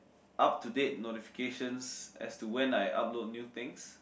up to date notifications as to when I upload new things